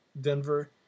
Denver